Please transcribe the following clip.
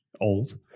old